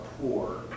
poor